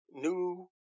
new